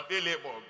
Available